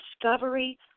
discovery